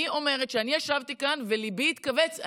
אני אומרת שאני ישבתי כאן וליבי התכווץ.